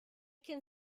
can